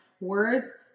words